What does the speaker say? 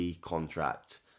contract